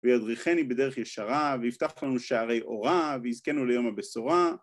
וידריכני בדרך ישרה, ויפתח לנו שערי אורה, ויזכנו ליום הבשורה...